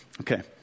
Okay